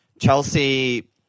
Chelsea